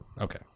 Okay